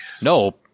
No